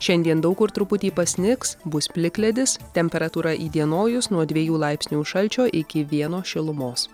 šiandien daug kur truputį pasnigs bus plikledis temperatūra įdienojus nuo dviejų laipsnių šalčio iki vieno šilumos